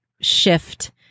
shift